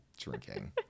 drinking